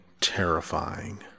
terrifying